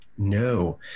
no